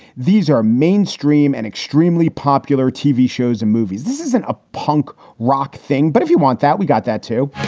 these are mainstream and extremely popular tv shows and movies. this isn't a punk rock thing, but if you want that, we got that to.